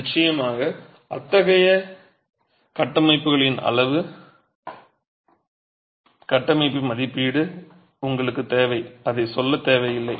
நிச்சயமாக அத்தகைய கட்டமைப்புகளின் அளவு கட்டமைப்பு மதிப்பீடு உங்களுக்குத் தேவை அதைச் சொல்லத் தேவையில்லை